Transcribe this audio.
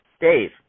Dave